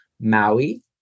Maui